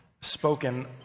spoken